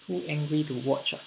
too angry to watch ah